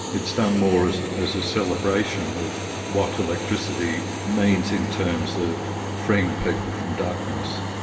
it's done more as as a celebration of what electricity means in terms of freeing people from darkness,